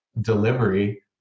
delivery